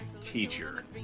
teacher